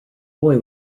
boy